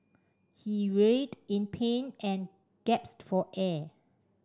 he writhed in pain and gasped for air